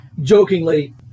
Jokingly